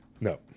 No